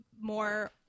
more